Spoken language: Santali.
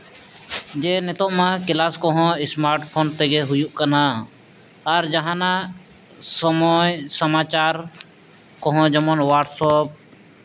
ᱡᱮ ᱱᱤᱛᱚᱜ ᱢᱟ ᱠᱞᱟᱥ ᱠᱚᱦᱚᱸ ᱥᱢᱟᱨᱴᱯᱷᱳᱱ ᱛᱮᱜᱮ ᱦᱩᱭᱩᱜ ᱠᱟᱱᱟ ᱟᱨ ᱡᱟᱦᱟᱱᱟᱜ ᱥᱚᱢᱚᱭ ᱥᱚᱢᱟᱪᱟᱨ ᱠᱚᱦᱚᱸ ᱡᱮᱢᱚᱱ ᱦᱳᱴᱟᱥᱚᱯ